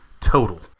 total